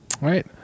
right